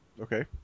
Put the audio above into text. Okay